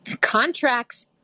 contracts